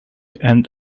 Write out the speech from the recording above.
and